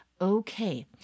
Okay